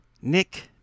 Nick